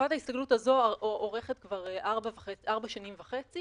תקופת ההסתגלות הזאת נמשכת כבר ארבע שנים וחצי